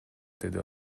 деди